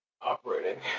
operating